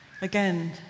Again